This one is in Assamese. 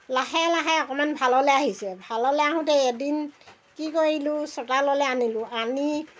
লাহে লাহে অকণমান ভাললৈ আহিছে ভাললৈ আহোঁতে এদিন কি কৰিলোঁ চোতাললৈ আনিলোঁ আনি